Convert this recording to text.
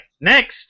Next